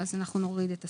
אז אנחנו נוריד את הסוגריים.